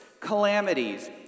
calamities